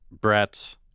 Brett